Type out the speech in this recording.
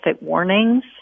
warnings